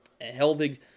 Helvig